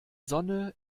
sonne